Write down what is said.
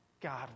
God